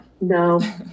No